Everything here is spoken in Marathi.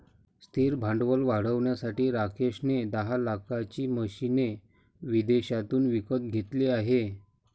स्थिर भांडवल वाढवण्यासाठी राकेश ने दहा लाखाची मशीने विदेशातून विकत घेतले आहे